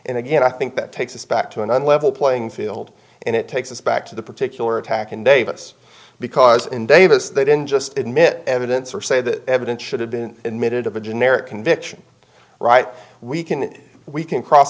and again i think that takes us back to an unlevel playing field and it takes us back to the particular attack in davis because in davis they didn't just admit evidence or say that evidence should have been admitted of a generic conviction right we can we can cross